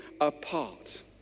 apart